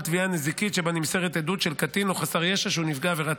תביעה נזיקית שבה נמסרת עדות של קטין או חסר ישע שהוא נפגע עבירת